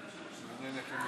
לפני סעיף